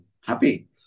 happy